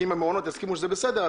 כי אם המעונות יסכימו שזה בסדר,